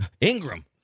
Ingram